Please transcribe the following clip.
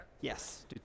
Yes